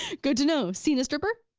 good to know, seen a stripper?